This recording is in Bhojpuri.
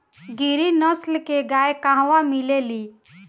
गिरी नस्ल के गाय कहवा मिले लि?